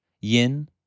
Yin